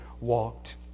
walked